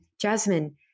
Jasmine